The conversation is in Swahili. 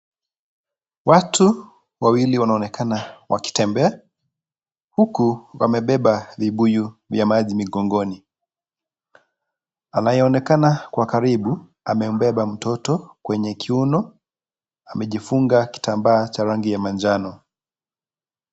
Watu wawili wanaonekana wakitembea huku wamebeba vibuyu vya maji mikongoni, anayeonekana Kwa karibu amebeba mtoto kwenye kiuno amejifunga kitambaa cha rangi ya manjano.